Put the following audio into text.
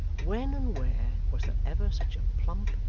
when and where was there ever such a plump,